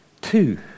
two